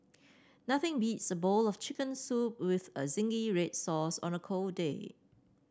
nothing beats the bowl of chicken soup with a zingy red sauce on a cold day